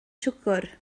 siwgr